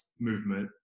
movement